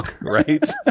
Right